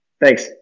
thanks